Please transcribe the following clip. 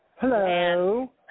Hello